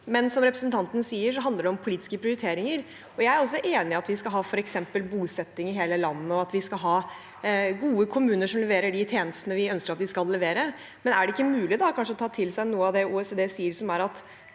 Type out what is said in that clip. men som representanten sier, handler det om politiske prioriteringer. Jeg er også enig i at vi skal ha f.eks. bosetning i hele landet, og at vi skal ha gode kommuner som leverer de tjenestene vi ønsker at de skal levere, men er det ikke mulig kanskje å ta til seg noe av det OECD sier? Man